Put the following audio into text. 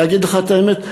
להגיד לך את האמת?